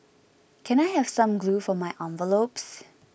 can I have some glue for my envelopes